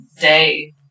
day